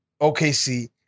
OKC